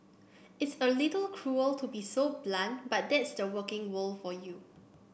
it's a little cruel to be so blunt but that's the working world for you